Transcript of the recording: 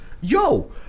Yo